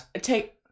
take